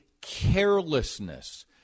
carelessness